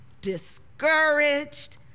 discouraged